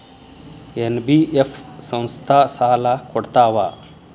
NBF ಸಂಸ್ಥಾ ಸಾಲಾ ಕೊಡ್ತಾವಾ?